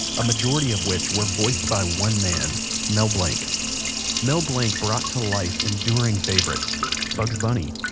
a majority of which were voiced by one man mel blanc mel blanc brought to life enduring favorites bugs bunny,